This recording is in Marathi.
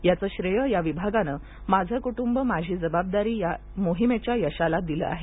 याचं श्रेय या विभागानं माझं कुटुंब माझी जबाबदारी या मोहिमेच्या यशाला दिलं आहे